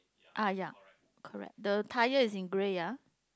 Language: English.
ah ya correct the tire is in grey ya